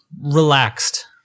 relaxed